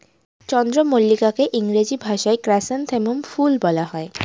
চন্দ্রমল্লিকাকে ইংরেজি ভাষায় ক্র্যাসনথেমুম ফুল বলে